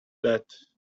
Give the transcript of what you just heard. that